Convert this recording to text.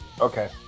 Okay